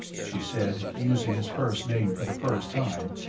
she said, using his first name for the first time,